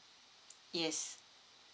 yes